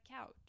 couch